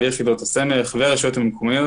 יחידות הסמך והרשויות המקומיות